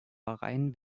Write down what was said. bahrain